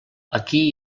aquí